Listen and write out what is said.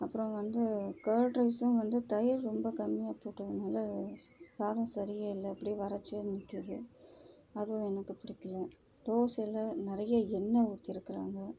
அப்புறம் வந்து கேர்டு ரைஸும் வந்து தயிர் ரொம்ப கம்மியாக போட்டதுனால சாதம் சரியே இல்லை அப்படியே வறட்சியாக நிற்குது அதுவும் எனக்கு பிடிக்கல தோசையில நிறைய எண்ணெய் ஊற்றிருக்கிறாங்க